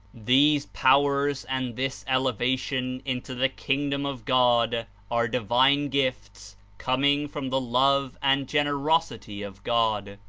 these powers and this elevation into the kingdom of god are divine gifts coming from the love and gen erosity of god,